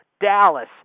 Dallas